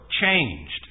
changed